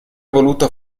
voluto